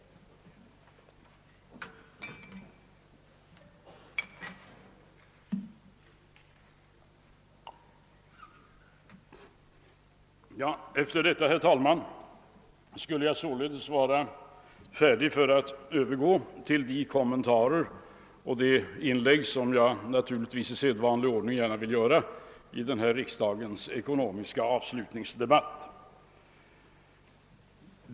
Efter detta, herr talman, skall jag övergå till de kommentarer som jag i sedvanlig ordning vill göra i mitt inlägg i riksdagens ekonomiska avslutningsdebatt.